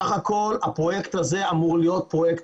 בסך הכול הפרויקט הזה אמור להיות פרויקט